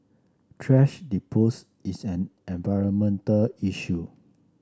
thrash dispose is an environmental issue